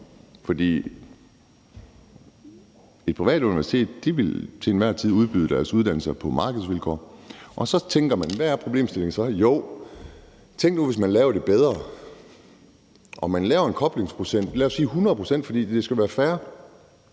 For et privat universitet vil til enhver tid udbyde deres uddannelser på markedsvilkår. Så tænker man: Hvad er problemstillingen så? Jo, tænk nu, hvis man lavede det bedre og man lavede en koblingsprocent – lad os sige 100 pct., for det skal være fair